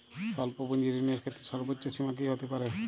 স্বল্প পুঁজির ঋণের ক্ষেত্রে সর্ব্বোচ্চ সীমা কী হতে পারে?